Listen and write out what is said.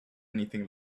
anything